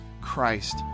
Christ